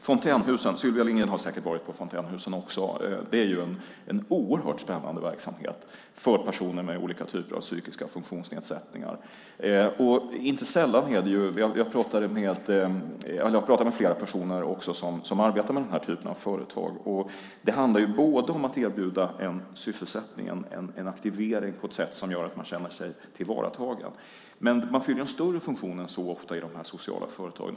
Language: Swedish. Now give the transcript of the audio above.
Fontänhusen - Sylvia Lindgren har säkert också varit där - är en oerhört spännande verksamhet för personer med olika typer av psykiska funktionsnedsättningar. Jag har talat med flera personer som arbetar med denna typ av företag. Det handlar bland annat om att erbjuda en sysselsättning, en aktivering, som gör att dessa personer känner sig tillvaratagna. Men man fyller ofta en större funktion än så i dessa sociala företag.